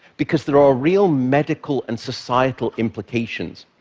because there are real medical and societal implications.